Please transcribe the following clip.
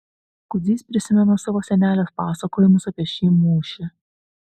kudzys prisimena savo senelės pasakojimus apie šį mūšį